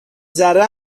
ذره